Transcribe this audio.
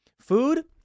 Food